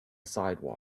sidewalk